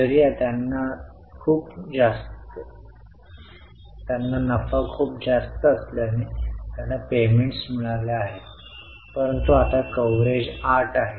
अर्थात होय आपल्याला रोख रक्कम मिळत आहे त्यात काय वाईट आहे